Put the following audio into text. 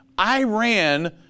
Iran